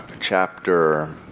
chapter